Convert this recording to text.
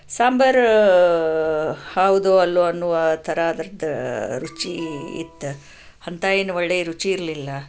ಸಾಂಬಾರು ಹೌದೋ ಅಲ್ವೋ ಅನ್ನುವ ಥರ ಅದರದು ರುಚಿ ಇತ್ತು ಅಂಥ ಏನು ಒಳ್ಳೆಯ ರುಚಿ ಇರಲಿಲ್ಲ